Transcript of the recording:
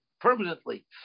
permanently